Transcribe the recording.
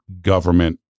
government